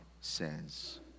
says